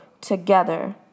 together